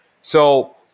So-